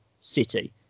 city